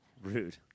Rude